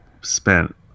spent